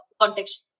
context